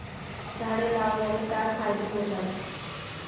झाडे लावण्याने काय फायदे मिळतात?